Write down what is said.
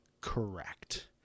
correct